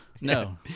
No